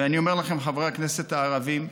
ואני אומר לכם, חברי הכנסת הערבים,